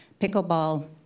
pickleball